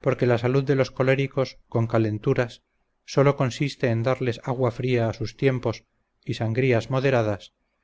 porque la salud de los coléricos con calenturas solo consiste en darles agua fría a sus tiempos y sangrías moderadas